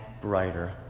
brighter